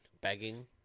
begging